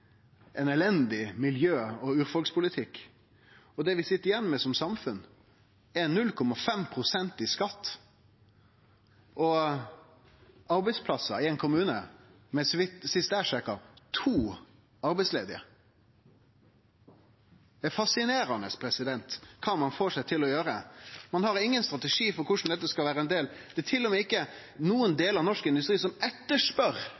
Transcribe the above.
ein elendig miljø- og urfolkspolitikk. Det vi sit igjen med som samfunn, er 0,5 pst. i skatt og arbeidsplassar i ein kommune med – sist eg sjekka – to arbeidslause. Det er fascinerande kva ein får seg til å gjere. Ein har ingen strategi for korleis dette skal vere. Det er til og med ikkje nokon del av norsk industri som